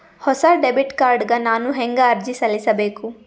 ಹೊಸ debit card ಗ ನಾನು ಹೆಂಗ ಅರ್ಜಿ ಸಲ್ಲಿಸಬೇಕು?